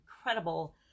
incredible